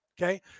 Okay